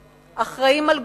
אחראים על גורלנו,